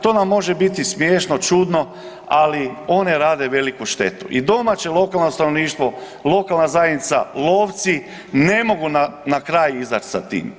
To nam može biti smiješno čudno, ali one rade veliku štetu i domaće lokalno stanovništvo, lokalna zajednica, lovci ne mogu na kraj izać sa tim.